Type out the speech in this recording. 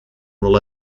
wel